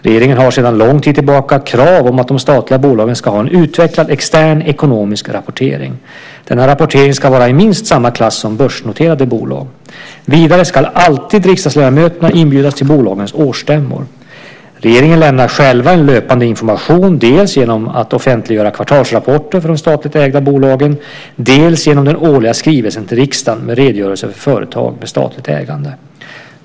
Regeringen har sedan lång tid tillbaka krav om att de statliga bolagen ska ha en utvecklad extern ekonomisk rapportering. Denna rapportering ska vara i minst samma klass som börsnoterade bolag. Vidare ska alltid riksdagsledamöterna inbjudas till bolagens årsstämmor. Regeringen lämnar själv en löpande information dels genom att offentliggöra kvartalsrapporter för de statligt ägda bolagen, dels genom den årliga skrivelsen till riksdagen med redogörelse för företag med statligt ägande.